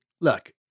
look